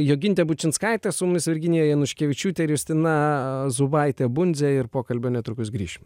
jogintė bučinskaitė su mumis virginija januškevičiūtė ir justina zubaitė bundzė ir pokalbio netrukus grįšim